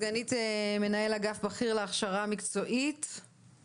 סגנית מנהל אגף בכיר להכשרה מקצועית במשרד הכלכלה,